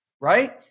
right